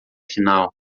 final